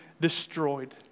destroyed